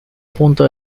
punto